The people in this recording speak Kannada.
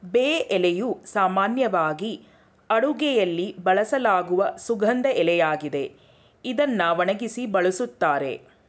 ಬೇ ಎಲೆಯು ಸಾಮಾನ್ಯವಾಗಿ ಅಡುಗೆಯಲ್ಲಿ ಬಳಸಲಾಗುವ ಸುಗಂಧ ಎಲೆಯಾಗಿದೆ ಇದ್ನ ಒಣಗ್ಸಿ ಬಳುಸ್ತಾರೆ